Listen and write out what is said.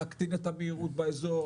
להקטין את המהירות באזור,